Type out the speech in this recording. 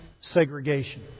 segregation